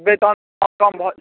नहि तहन तऽ कम